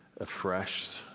afresh